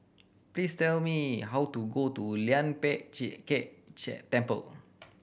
please tell me how to go to Lian Pek Chee Kek Chee Temple